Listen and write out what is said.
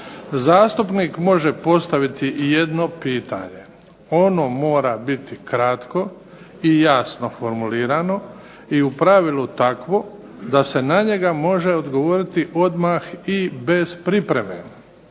zastupnik može postaviti jedno pitanje, ono mora biti kratko i jasno formulirano i u pravilu takvo da se ne na njega može odgovoriti odmah i bez pripreme.